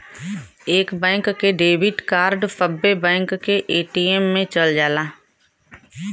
एक बैंक के debit card सब्बे बैंक के ए.टी.एम मे चल जाला